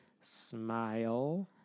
Smile